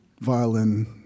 violin